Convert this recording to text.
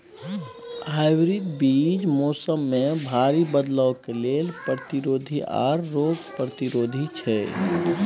hybrid बीज मौसम में भारी बदलाव के लेल प्रतिरोधी आर रोग प्रतिरोधी छै